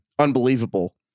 Unbelievable